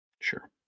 sure